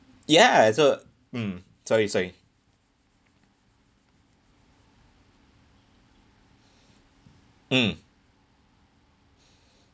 ya so mm sorry sorry mm